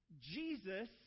Jesus